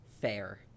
Fair